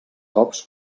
cops